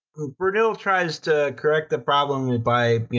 brunel tries to correct the problem by, yeah